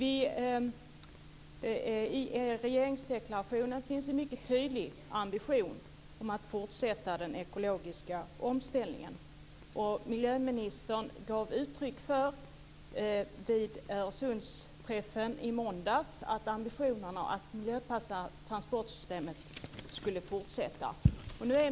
I regeringsdeklarationen finns en mycket tydlig ambition att fortsätta den ekologiska omställningen, och vid Öresundsträffen i måndags gav miljöministern uttryck för att ambitionerna att miljöanpassa transportsystemet skulle fortsätta.